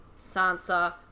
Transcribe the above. Sansa